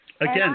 Again